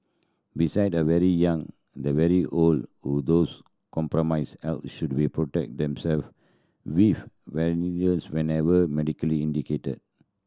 beside the very young the very old or those compromised health should be protect them self with vaccines whenever medically indicated